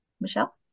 Michelle